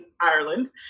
Ireland